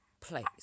place